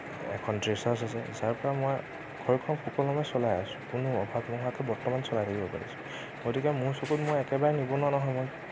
এখন আছে যাৰ পৰা মই ঘৰখন সুকলমে চলাই আছোঁ কোনো অভাৱ নোহোৱাকে বৰ্তমান চলাই থাকিব পাৰিছোঁ গতিকে মোৰ চকুত মই একেবাৰে নিবনুৱা নহয় মই